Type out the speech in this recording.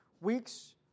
weeks